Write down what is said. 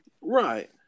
Right